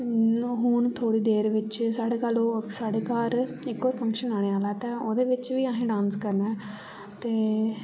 ते हून थोह्ड़ी देर बिच साढ़े घर ओह् साढ़े घर ओ एक फंक्शन आने आह्ला ऐ ते ओह्दे बिच बी असे डांस करना ते